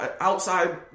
outside